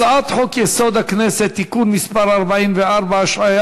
הצעת חוק-יסוד: הכנסת (תיקון מס' 44) (השעיה